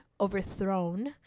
overthrown